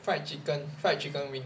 fried chicken fried chicken wing